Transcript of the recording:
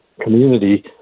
community